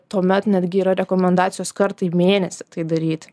tuomet netgi yra rekomendacijos kartą į mėnesį tai daryti